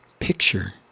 Picture